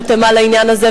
נרתמה לעניין הזה,